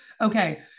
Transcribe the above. Okay